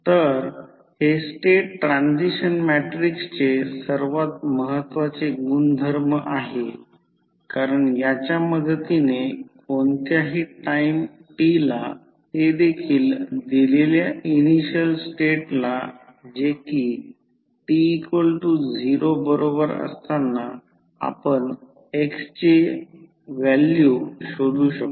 तर हे state transition मॅट्रिक्सचे सर्वात महत्वाचे गुणधर्म आहे कारण याच्या मदतीने कोणत्याही टाईम t ला ते देखील दिलेल्या इनिशियल स्टेटला जेकि t0 बरोबर असताना आपण x ची व्हॅल्यू शोधू शकतो